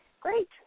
Great